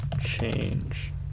change